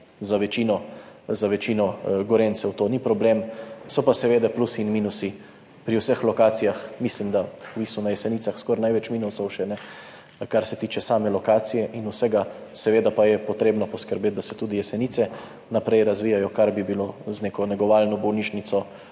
za večino Gorenjcev to ni problem. So pa seveda plusi in minusi pri vseh lokacijah, mislim, da je v bistvu na Jesenicah še skoraj največ minusov, kar se tiče same lokacije in vsega, seveda pa je potrebno poskrbeti, da se tudi Jesenice naprej razvijajo, kar bi bilo z neko negovalno bolnišnico